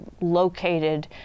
located